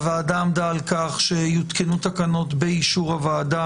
הוועדה עמדה על כך שיותקנו תקנות באישור הוועדה,